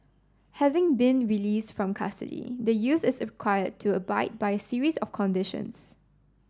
having been release from custody the youth is required to abide by a series of conditions